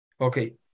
Okay